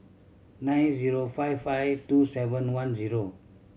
nine zero five five two seven one zero